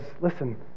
listen